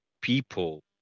people